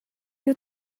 you